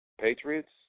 Patriots